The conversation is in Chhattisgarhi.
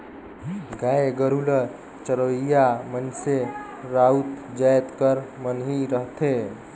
गाय गरू ल चरोइया मइनसे राउत जाएत कर मन ही रहथें